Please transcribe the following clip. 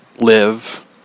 live